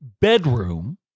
bedroom